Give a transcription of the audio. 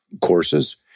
courses